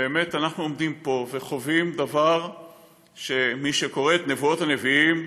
ובאמת אנחנו עומדים פה וחווים דבר שמי שקורא את נבואות הנביאים,